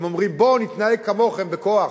הם אומרים: בואו נתנהג כמוכם, בכוח.